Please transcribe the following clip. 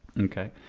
okay?